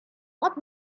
what